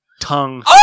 tongue